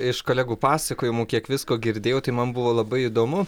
iš kolegų pasakojimų kiek visko girdėjau tai man buvo labai įdomu